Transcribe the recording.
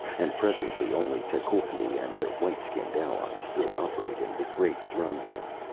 and presently only tecuhltli and their white-skinned allies stood upright in the great throne room.